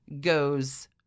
goes